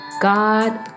God